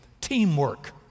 teamwork